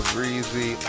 Breezy